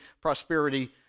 prosperity